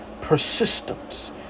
persistence